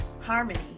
harmony